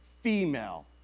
female